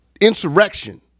insurrection